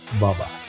Bye-bye